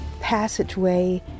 passageway